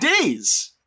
days